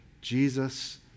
Jesus